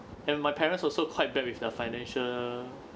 and my parents also quite bad with the financial